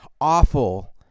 awful